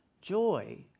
joy